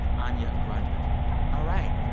anya grundmann all right.